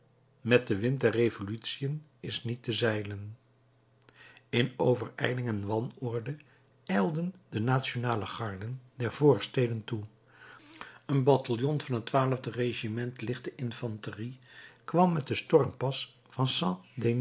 met den wind der revolutiën is niet te zeilen in overijling en wanorde ijlden de nationale garden der voorsteden toe een bataljon van het regiment lichte infanterie kwam met den stormpas van